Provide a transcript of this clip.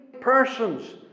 persons